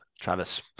Travis